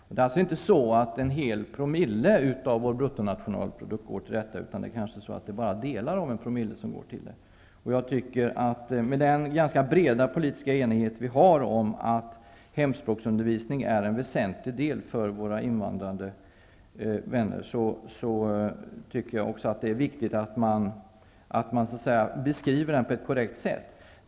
Det är alltså inte en hel promille av vår bruttonationalprodukt som går till detta, utan kanske bara delar av en promille. Med den ganska breda politiska enighet som finns om att hemspråksundervisning är väsentlig för våra invandrande vänner, tycker jag också att det är viktigt att man beskriver den på ett korrekt sätt.